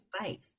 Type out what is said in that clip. faith